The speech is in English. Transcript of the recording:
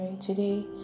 today